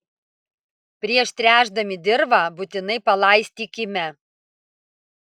prieš tręšdami dirvą būtinai palaistykime